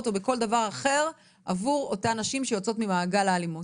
או בכל דבר אחר עבור אותן הנשים שיוצאות ממעגל האלימות?